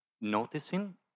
noticing